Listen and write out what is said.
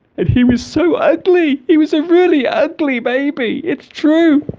and he was so ugly he was a really ugly baby it's true